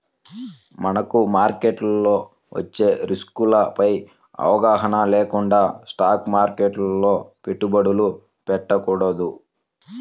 మనకు మార్కెట్లో వచ్చే రిస్కులపై అవగాహన లేకుండా స్టాక్ మార్కెట్లో పెట్టుబడులు పెట్టకూడదు